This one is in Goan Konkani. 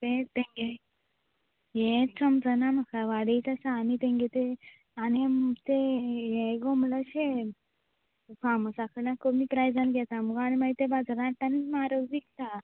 तेंच तेंगे हेंच समजना म्हाका वाडयत आसा आनी तेंगे तें आनी आमकां तें हें मगो म्हळ्यार अशें हें फार्मसा कडल्यान कमी प्रायजान घेता मुगो आनी मागीर ते बाजारान हाडटा आनी म्हारग विकता